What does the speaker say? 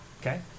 Okay